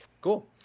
Cool